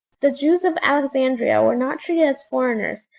the jews of alexandria were not treated as foreigners,